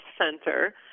center